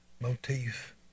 motif